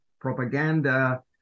propaganda